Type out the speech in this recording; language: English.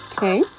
Okay